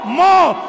more